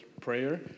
prayer